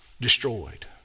destroyed